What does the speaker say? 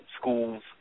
schools